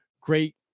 great